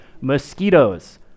Mosquitoes